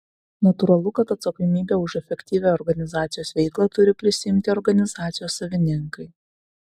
natūralu kad atsakomybę už efektyvią organizacijos veiklą turi prisiimti organizacijos savininkai